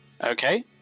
Okay